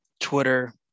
twitter